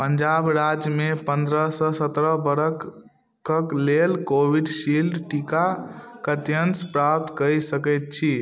पंजाब राज्यमे पन्द्रह सँ सत्रह बरखक लेल कोविशील्ड टीका कतय सॅं प्राप्त कऽ सकैत छी